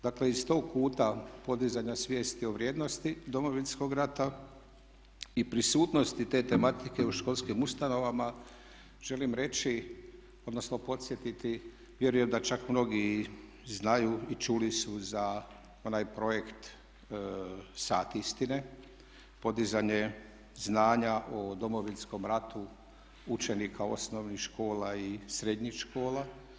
Dakle iz tog kuta podizanja svijesti o vrijednosti Domovinskog rata i prisutnosti te tematike u školskim ustanovama želim reći odnosno podsjetiti, vjerujem da čak mnogi i znaju i čuli su za onaj projekt "Sat istine" podizanje znanja o Domovinskom ratu učenika osnovnih škola i srednjih škola.